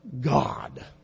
God